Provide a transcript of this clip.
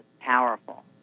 powerful